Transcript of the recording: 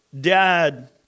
dad